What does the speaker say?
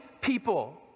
people